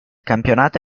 campionato